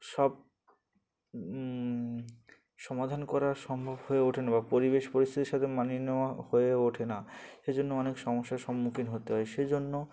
সব সমাধান করা সম্ভব হয়ে ওঠে না বা পরিবেশ পরিস্থিতির সাথে মানিয়ে নেওয়া হয়ে ওঠে না সে জন্য অনেক সমস্যার সম্মুখীন হতে হয় সে জন্য